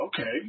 okay